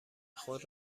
خود